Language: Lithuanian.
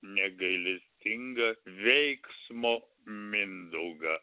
negailestingą veiksmo mindaugą